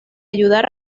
ayudar